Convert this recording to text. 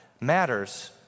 matters